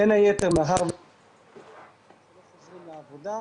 בין היתר, מאחר --- לא חוזרים לעבודה,